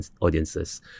audiences